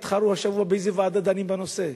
התחרו השבוע באיזו ועדה דנים בנושא.